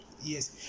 Yes